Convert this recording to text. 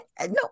no